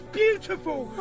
beautiful